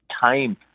time